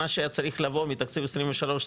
מה שהיה צריך לבוא מתקציב 2023-2024,